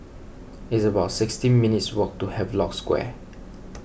it's about sixteen minutes' walk to Havelock Square